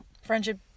friendship